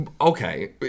okay